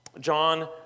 John